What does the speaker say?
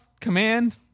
command